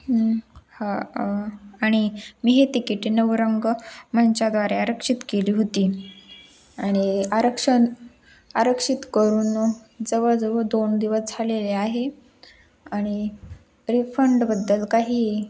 हा आणि मी हे तिकीटी नवरंग मंचाद्वारे आरक्षित केली होती आणि आरक्षण आरक्षित करून जवळजवळ दोन दिवस झालेले आहे आणि रिफंडबद्दल काही